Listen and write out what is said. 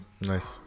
Nice